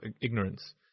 ignorance